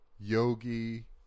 Yogi